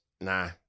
nah